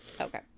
okay